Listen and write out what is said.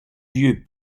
vieux